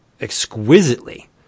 exquisitely